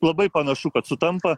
labai panašu kad sutampa